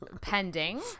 Pending